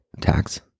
tax